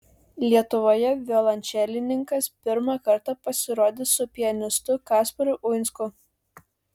lietuvoje violončelininkas pirmą kartą pasirodys su pianistu kasparu uinsku